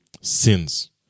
sins